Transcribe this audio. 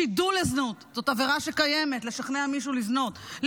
שידול לזנות זאת עבירה שקיימת, לשכנע מישהו לזנות.